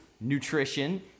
nutrition